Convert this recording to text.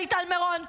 שלי טל מירון,